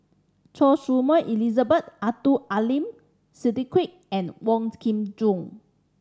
Choy Su Moi Elizabeth Abdul Aleem Siddique and Wong Kin Jong